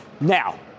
Now